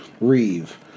Reeve